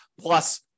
plus